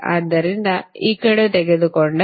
ಆದ್ದರಿಂದ ಈ ಕಡೆ ತೆಗೆದುಕೊಂಡರೆ